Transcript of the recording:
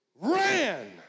ran